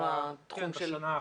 כן, בשנה האחרונה.